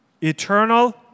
Eternal